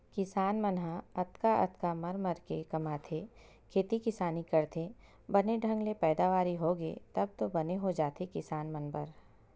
किसान मन ह अतका अतका मर मर के कमाथे खेती किसानी करथे बने ढंग ले पैदावारी होगे तब तो बने हो जाथे किसान मन बर